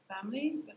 family